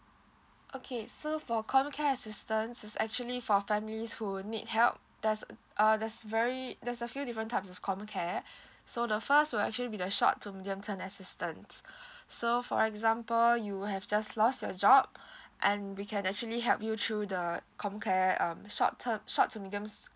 okay so for comcare assistance is actually for families who need help that's uh that's very there's a few different types of comcare so the first will actually be the short to medium term assistance so for example you have just lost your job and we can actually help you through the comcare um short term short to mediums